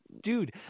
dude